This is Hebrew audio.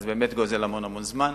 זה באמת גוזל המון המון זמן.